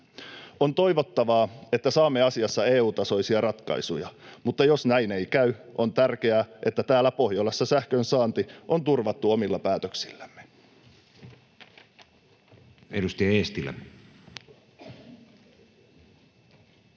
On toivottavaa, että saamme asiassa EU-tasoisia ratkaisuja, mutta jos näin ei käy, on tärkeää, että täällä Pohjolassa sähkönsaanti on turvattu omilla päätöksillämme.